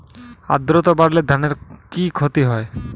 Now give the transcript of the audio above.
আদ্রর্তা বাড়লে ধানের কি ক্ষতি হয়?